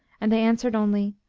and they answered only,